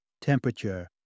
temperature